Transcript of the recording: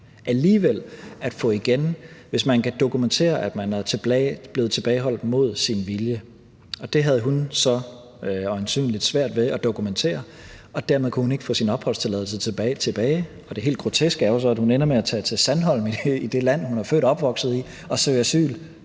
alligevel at få igen, hvis man kan dokumentere, at man er blevet tilbageholdt mod sin vilje. Det havde hun så øjensynligt svært ved at dokumentere, og dermed kunne hun ikke få sin opholdstilladelse tilbage, og det helt groteske er jo så, at hun ender med at tage til Sandholm i det land, som hun er født og opvokset i, for at søge asyl